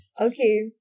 okay